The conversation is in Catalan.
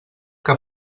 que